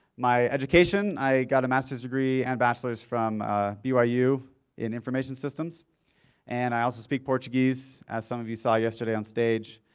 my education i got a masters degree and bachelors from byu in information systems and i also speak portuguese as some of you saw yesterday on stage.